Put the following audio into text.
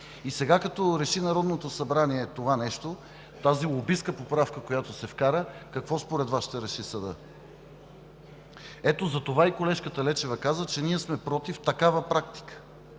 Сега, като реши Народното събрание това нещо, тази лобистка поправка, която се вкара, какво според Вас ще реши съдът? Ето затова и колежката Лечева каза, че ние сме против такава практика